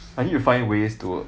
I need to find ways to